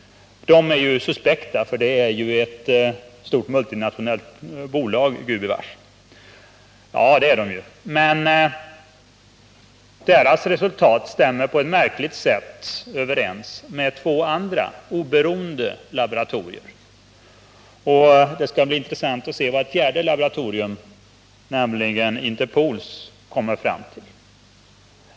Det är suspekt för det tillhör ett multinationellt bolag, gubevars! Ja, det gör det, men dess resultat stämmer på ett märkligt sätt överens med två andra oberoende laboratoriers, och det skall bli intressant att se vad ett fjärde laboratorium, nämligen Interpols, kommer fram till.